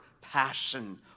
passion